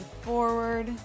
forward